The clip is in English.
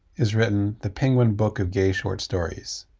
is written the penguin book of gay short stories.